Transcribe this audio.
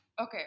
okay